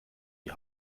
die